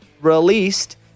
released